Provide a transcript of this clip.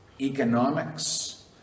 economics